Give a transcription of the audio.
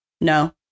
No